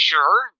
Sure